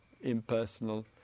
impersonal